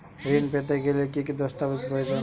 ঋণ পেতে গেলে কি কি দস্তাবেজ প্রয়োজন?